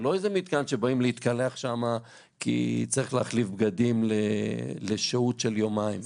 זה לא איזה מתקן שבאים להתקלח שם כי צריך להחליף בגדים לשהות של יומיים,